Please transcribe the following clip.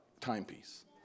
timepiece